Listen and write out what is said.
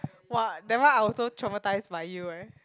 !wah! that one I also traumatised by you eh